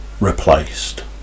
replaced